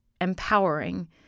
empowering